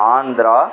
Andhra